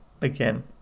again